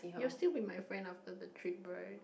you will still be my friend after the trip right